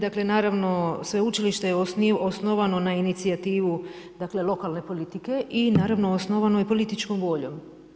Dakle, naravno, sveučilište je osnovano na inicijativu lokalne politike i naravno osnovano je političkom voljom.